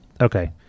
okay